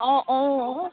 অঁ অঁ অঁ